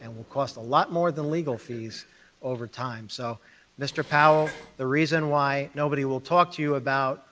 and it will cost a lot more than legal fees over time, so mr. powell, the reason why nobody will talk to you about